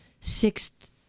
sixth